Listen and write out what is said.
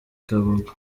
kagugu